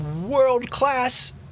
world-class